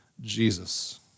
Jesus